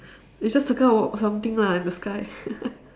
you just circle out something lah in the sky